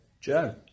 Joe